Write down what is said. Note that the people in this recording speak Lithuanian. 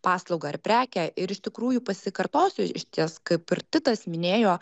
paslaugą ar prekę ir iš tikrųjų pasikartosiu išties kaip ir titas minėjo